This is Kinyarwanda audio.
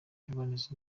evans